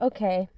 Okay